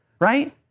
right